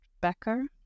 Becker